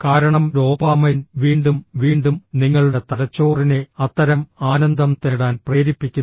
കാരണം ഡോപാമൈൻ വീണ്ടും വീണ്ടും നിങ്ങളുടെ തലച്ചോറിനെ അത്തരം ആനന്ദം തേടാൻ പ്രേരിപ്പിക്കുന്നു